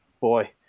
boy